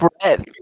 breath